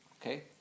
Okay